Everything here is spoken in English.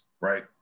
right